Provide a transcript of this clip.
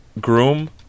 Groom